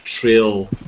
trail